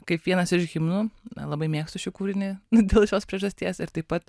kaip vienas iš himnų labai mėgstu šį kūrinį dėl šios priežasties ir taip pat